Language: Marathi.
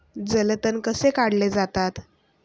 जलतण कसे काढले जातात?